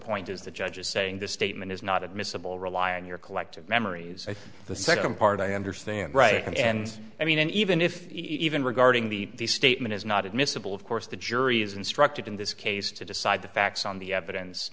point is the judge is saying this statement is not admissible rely on your collective memory the second part i understand right and i mean even if even regarding the statement is not admissible of course the jury is instructed in this case to decide the facts on the evidence